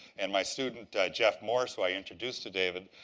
and my student, jeff morris, who i introduced to david,